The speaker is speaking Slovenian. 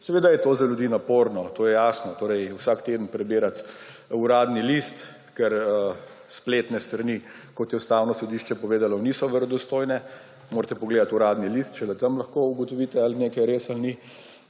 Seveda je to za ljudi naporno, to je jasno, vsak teden prebirati Uradni list, ker spletne strani, kot je Ustavno sodišče povedalo, niso verodostojne, morate pogledati Uradni list, šele tam lahko ugotovite, ali je nekaj res ali ni.